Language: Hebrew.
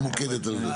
ממוקדת על זה?